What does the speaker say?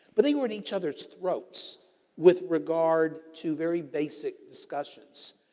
but, they were at each other's throats with regard to very basic discussions.